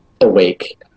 awake